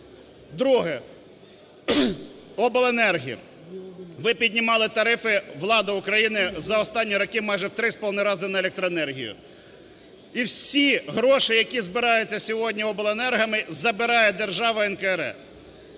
Друге. Обленерги. Ви піднімали тарифи, влада України, за останні роки майже в 3,5 рази на електроенергію. І всі гроші, які збираються сьогодні обленергами забриє держава НКРЕ